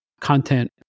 content